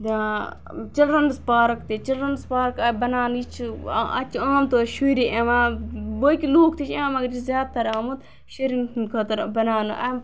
آ children's park تہِ children's park آیہِ بناونہ یہِ چھِ اَتہِ چھِ آم طور شُرۍ یِوان بٲقٕے لُکھ تہِ چھِ یِوان مگر یہِ چھِ زیادٕ تر آمژ شُرٮ۪ن ہٕند خٲطرٕ بناونہ اے